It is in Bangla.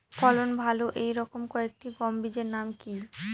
ফলন ভালো এই রকম কয়েকটি গম বীজের নাম কি?